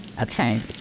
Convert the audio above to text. Okay